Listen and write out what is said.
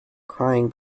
crying